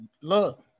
Look